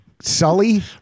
Sully